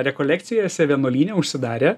rekolekcijose vienuolyne užsidarę